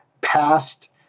past